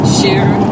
share